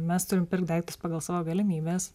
mes turim pirkt daiktus pagal savo galimybes